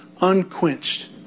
unquenched